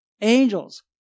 angels